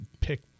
pick